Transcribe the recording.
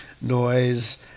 noise